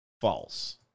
false